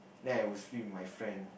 then I will swim with my friend